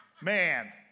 man